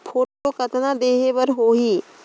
Photo कतना देहें बर होहि?